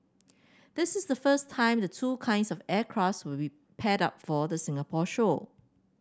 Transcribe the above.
this is the first time the two kinds of will be paired for the Singapore show